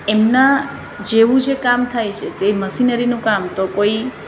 એમના જેવું જે કામ થાય છે તે મશીનરીનું કામ તો કોઈ